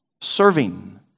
serving